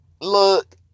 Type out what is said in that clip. look